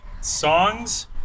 songs